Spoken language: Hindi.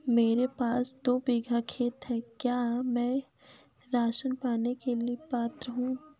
मेरे पास दो बीघा खेत है क्या मैं राशन पाने के लिए पात्र हूँ?